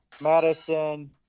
Madison